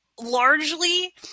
largely